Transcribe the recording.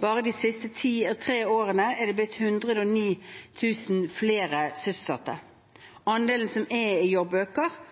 Bare de siste tre årene er det blitt 109 000 flere sysselsatte. Andelen som er i